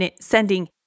sending